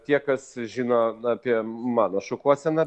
tie kas žino apie mano šukuoseną